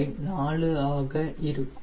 2794 ஆக இருக்கும்